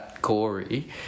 Corey